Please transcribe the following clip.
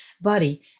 body